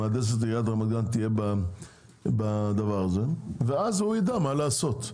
שמהנדסת עיריית רמת גן תהייה בדבר הזה ואז הוא יידע מה לעשות,